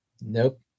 Nope